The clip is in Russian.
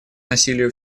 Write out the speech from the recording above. насилию